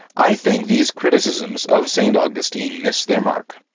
i think these criticisms of st. augustine miss their mark.